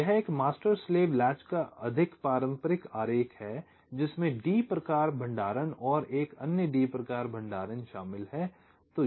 तो यह एक मास्टर स्लेव लैच का अधिक पारंपरिक आरेख है जिसमें D प्रकार भंडारण और एक अन्य D प्रकार भंडारण शामिल है